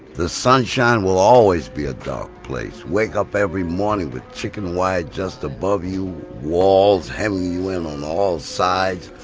the sunshine will always be a dark place. wake up every morning with chicken wire just above you. walls hemming you in on all sides.